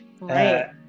Right